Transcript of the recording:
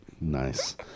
Nice